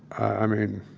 i mean,